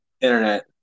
internet